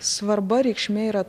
svarba reikšmė yra